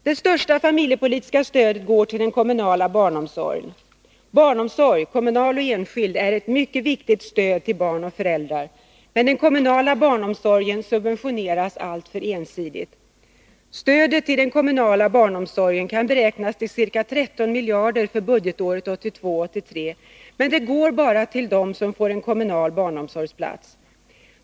Det största familjepolitiska stödet går till den kommunala barnomsorgen. Barnomsorg, kommunal och enskild, är ett viktigt stöd till barn och föräldrar. Men den kommunala barnomsorgen subventioneras alltför ensidigt. Stödet till den kommunala barnomsorgen kan beräknas till ca 13 miljarder för budgetåret 1982/83, men det går bara till dem som får en kommunal barnomsorgsplats.